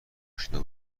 اشنا